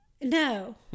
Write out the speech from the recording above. No